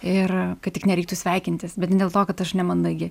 ir kad tik nereiktų sveikintis bet ne dėl to kad aš nemandagi